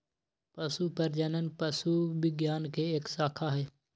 पशु प्रजनन पशु विज्ञान के एक शाखा हई